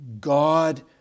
God